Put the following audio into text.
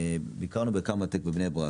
ביקרנו ב- Kamatech בבני ברק,